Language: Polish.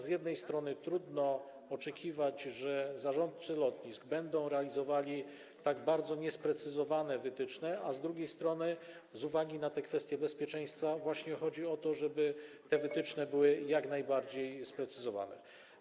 Z jednej strony trudno oczekiwać, by zarządcy lotnisk realizowali tak bardzo niesprecyzowane wytyczne, a z drugiej strony, z uwagi na te kwestie bezpieczeństwa, chodzi właśnie o to, żeby te wytyczne były jak najbardziej sprecyzowane.